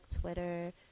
Twitter